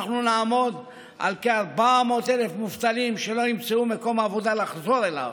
אנחנו נעמוד על כ-400,000 מובטלים שלא ימצאו מקום עבודה לחזור אליו,